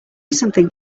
something